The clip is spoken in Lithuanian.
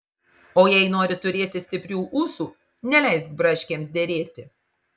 o jei nori turėti stiprių ūsų neleisk braškėms derėti